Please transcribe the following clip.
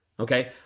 Okay